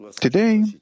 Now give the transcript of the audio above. today